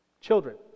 Children